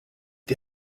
die